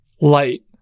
light